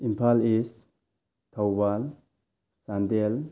Imphal east Thoubal Chandel